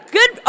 Good